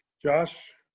josh